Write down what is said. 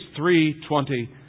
3.20